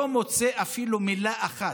לא מוצא אפילו מילה אחת,